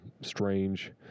strange